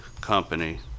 company